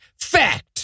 Fact